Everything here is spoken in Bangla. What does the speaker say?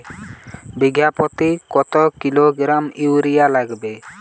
বিঘাপ্রতি কত কিলোগ্রাম ইউরিয়া লাগবে?